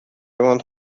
want